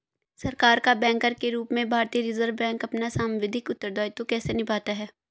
सरकार का बैंकर के रूप में भारतीय रिज़र्व बैंक अपना सांविधिक उत्तरदायित्व कैसे निभाता है?